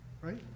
Right